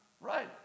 Right